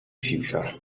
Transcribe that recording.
future